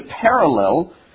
parallel